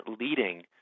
leading